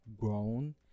grown